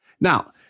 Now